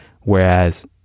Whereas